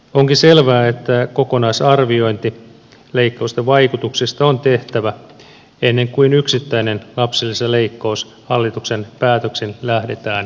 onkin selvää että kokonaisarviointi leikkausten vaikutuksista on tehtävä ennen kuin yksittäistä lapsilisäleikkausta hallituksen päätöksin lähdetään tekemään